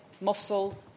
muscle